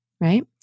right